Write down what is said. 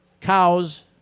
cows